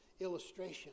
illustration